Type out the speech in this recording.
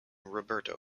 roberto